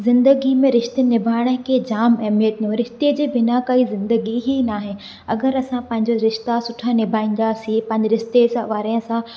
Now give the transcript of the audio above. ज़िंदगी में रिश्ते निभाइण खे जाम अहिमियत न रिश्ते जे ॿिना काई ज़िंदगी ई नाहे अगरि असां पंहिंजा रिश्ता सुठा निभाईंदासीं पंहिंजा रिश्ते सवारे सां